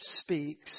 speaks